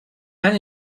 man